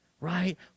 Right